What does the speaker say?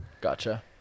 Gotcha